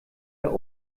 der